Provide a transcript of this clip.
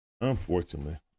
Unfortunately